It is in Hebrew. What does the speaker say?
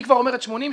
היא כבר אומרת 80,